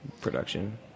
production